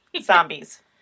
Zombies